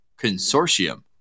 consortium